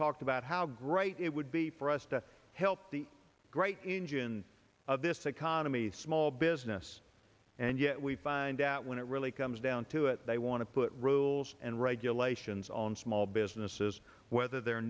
talked about how great it would be for us to help the great engine of this economy small business and yet we find out when it really comes down to it they want to put rules and regulations on small businesses whether they're